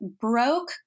broke